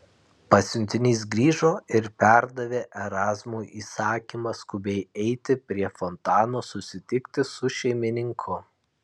pasiuntinys grįžo ir perdavė erazmui įsakymą skubiai eiti prie fontano susitikti su šeimininku